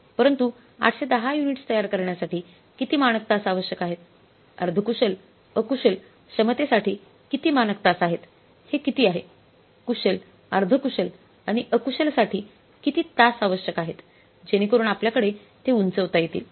परंतु 810 युनिट्स तयार करण्यासाठी किती मानक तास आवश्यक आहेत अर्ध कुशल अकुशल क्षमतेसाठी किती मानक तास आहेत हे किती आहे कुशल अर्धकुशल आणि अकुशलसाठी किती तास आवश्यक आहेत जेणेकरून आपल्याकडे ते उंचवता येतील